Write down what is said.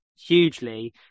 hugely